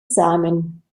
samen